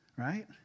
Right